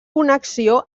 connexió